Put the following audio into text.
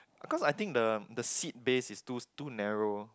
cause I think the the seat base is too too narrow